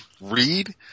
read